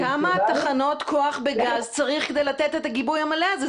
כמה תחנות כוח בגז צריך כדי לתת את הגיבוי המלא הזה?